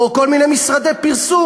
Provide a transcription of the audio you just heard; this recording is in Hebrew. או כל מיני משרדי פרסום,